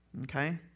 Okay